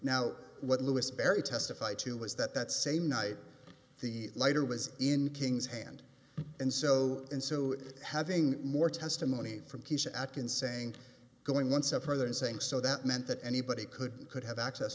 now what lewis berry testified to was that that same night the lighter was in king's hand and so and so having more testimony from kesha atkins saying going one step further and saying so that meant that anybody could could have access